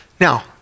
Now